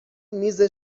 میز